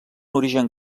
origen